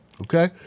okay